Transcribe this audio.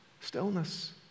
stillness